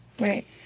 right